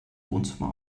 wohnzimmer